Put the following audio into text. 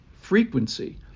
frequency